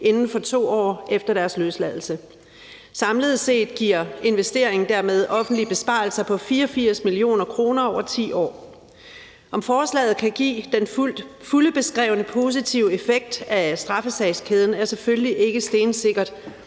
inden for 2 år efter deres løsladelse. Samlet set giver investeringen dermed en offentlig besparelse på 84 mio. kr. over 10 år. At forslaget kan give den fulde beskrevne positive effekt på straffesagskæden, er selvfølgelig ikke stensikkert,